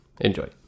Enjoy